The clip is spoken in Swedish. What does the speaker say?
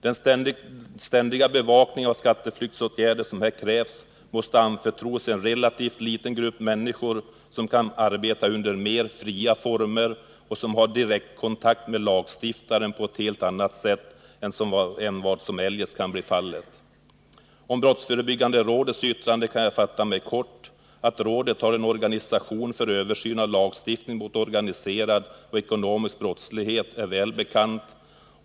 Den ständiga bevakning av skatteflyktsåtgärderna som här krävs måste anförtros en relativt liten grupp människor, som kan arbeta under mer fria former och som har direktkontakt med lagstiftaren på ett helt annat sätt än vad som eljest kan bli fallet. Om brottsförebyggande rådets yttrande kan jag fatta mig kort. Att rådet har en organisation för översyn av lagstiftning mot organiserad och ekonomisk brottslighet är väl bekant.